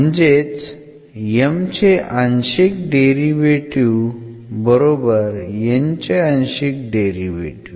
म्हणजेच M चे आंशिक डेरिव्हेटीव्ह बरोबर N चे आंशिक डेरिव्हेटीव्ह